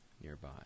nearby